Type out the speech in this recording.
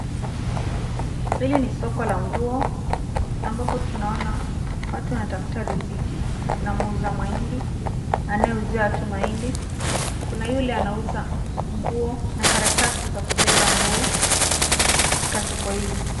Hili ni soko la nguo, ambapo tunaona watu wanatafuta riziki. Kuna muuza mahindi anayeuzia watu mahindi, kuna yule anauza nguo na karatasi za kubeba nguo, katika soko hili.